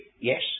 Yes